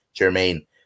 Jermaine